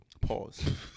Pause